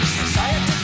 society